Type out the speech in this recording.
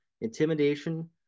intimidation